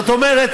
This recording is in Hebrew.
זאת אומרת,